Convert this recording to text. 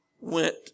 went